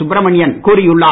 சுப்ரமணியன் கூறியுள்ளார்